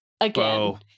again